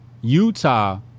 Utah